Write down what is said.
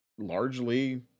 Largely